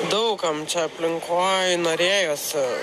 daug kam čia aplinkoj norėjosi